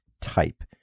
type